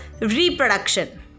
reproduction